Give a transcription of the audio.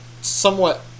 somewhat